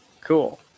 cool